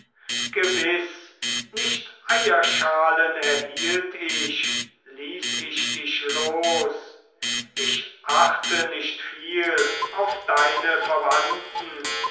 gewiß nicht eierschalen erhielt ich ließ ich dich los ich achte nicht viel auf deine verwandten